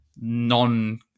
non